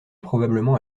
probablement